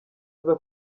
aza